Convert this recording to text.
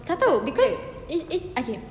tak tahu because is is okay